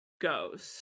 goes